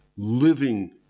living